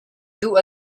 duh